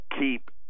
keep